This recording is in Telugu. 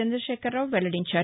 చంద్రదేఖరరావు వెల్లడించారు